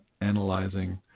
analyzing